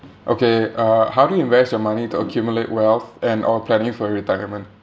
okay uh how do you invest your money to accumulate wealth and or planning for retirement